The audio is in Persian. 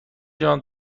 جان